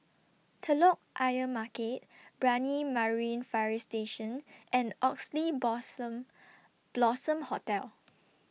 Telok Ayer Market Brani Marine Fire Station and Oxley Blossom Hotel